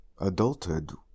Adulthood